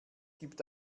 gibt